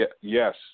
Yes